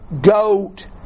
goat